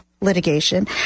litigation